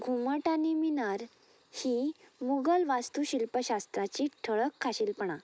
घुमट आनी मिनार ही मुगल वास्तुशिल्पशास्त्राची ठळख खाशेलपणां